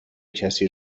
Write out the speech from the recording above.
کسی